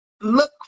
look